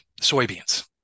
soybeans